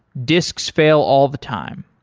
disks fail all the time,